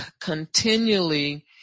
continually